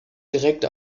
direkt